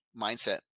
mindset